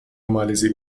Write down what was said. مالزی